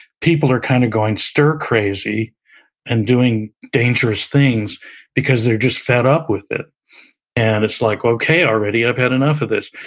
people are kind of going stir crazy and doing dangerous things because they're just fed up with it and it's like, okay, already. i've had enough of this.